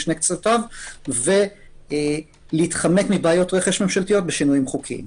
משני קצותיו ולהתחמק מבעיות רכש ממשלתיות בשינויים חוקיים.